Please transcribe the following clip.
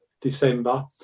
december